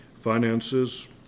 Finances